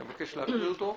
אני מבקש להקריא אותו.